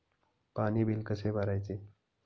पाणी बिल कसे भरायचे?